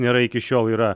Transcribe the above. nėra iki šiol yra